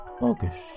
August